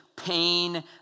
pain